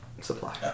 supply